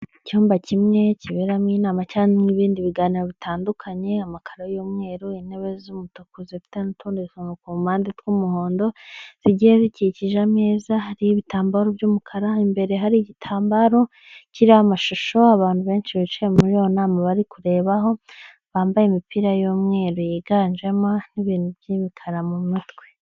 Icyumba kimwe kiberamo inama cyangwa n'ibindi biganiro bitandukanye, amakaro y'umweru intebe z'umutuku zifite n'utndi tuntu ku mpande tw'umuhondo, zigiye zikikije ameza hari ibitambaro by'umukara, imbere hari igitambaro kiriho amashusho, abantu benshi bicaye muri iyo nama bari kurebaho, bambaye imipira y'umweru yiganjemo ibintu by'ibikara mu mutwe.